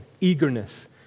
eagerness